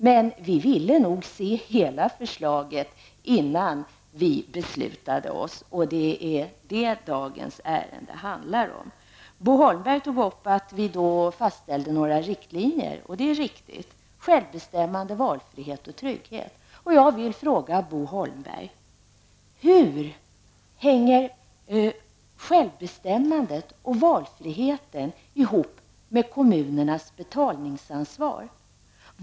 Men vi ville nog se hela förslaget innan vi bestämde oss. Och det är det dagens ärende handlar om. Bo Holmberg sade att vi då fastställde några riktlinjer. Det är riktigt. De var självbestämmande, valfrihet och trygghet. Jag vill fråga Bo Holmberg: Hur hänger självbestämmandet och valfriheten ihop med kommunernas betalningsansvar?